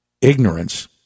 ignorance